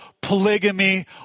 polygamy